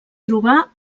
trobar